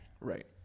Right